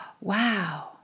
wow